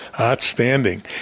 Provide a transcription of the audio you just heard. Outstanding